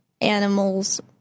animals